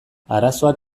arazoak